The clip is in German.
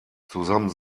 zusammen